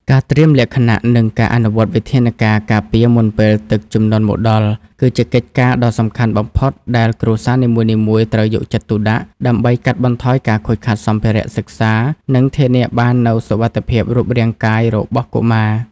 ការត្រៀមលក្ខណៈ និងការអនុវត្តវិធានការការពារមុនពេលទឹកជំនន់មកដល់ គឺជាកិច្ចការដ៏សំខាន់បំផុតដែលគ្រួសារនីមួយៗត្រូវយកចិត្តទុកដាក់ ដើម្បីកាត់បន្ថយការខូចខាតសម្ភារៈសិក្សា និងធានាបាននូវសុវត្ថិភាពរូបរាងកាយរបស់កុមារ។